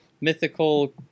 mythical